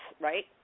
right